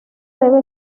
debe